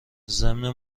ضمن